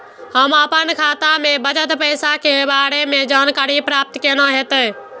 हम अपन खाता में बचल पैसा के बारे में जानकारी प्राप्त केना हैत?